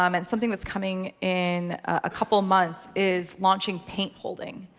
um and something that's coming in a couple months is launching paint holding.